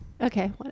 Okay